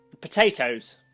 Potatoes